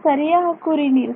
சரியாக கூறினீர்கள்